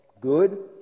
Good